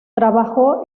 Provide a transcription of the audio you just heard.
trabajó